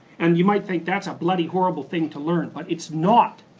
and you might think that's a bloody horrible thing to learn, but it's not.